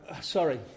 sorry